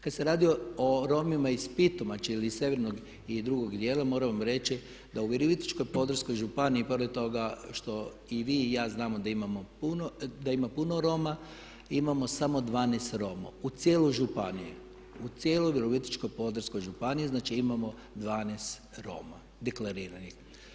Kad se radi o Romima iz Pitomače ili iz sjevernog i drugog dijela moram vam reći da u Virovitičko-podravskoj županiji pored toga što i vi i ja znamo da imam puno Roma imamo samo 12 Roma u cijeloj županiji, u cijeloj Virovitičko-podravskoj županiji znači imamo 12 Roma deklariranih.